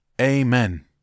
amen